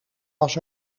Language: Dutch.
was